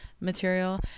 material